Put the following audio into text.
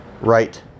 Right